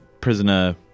prisoner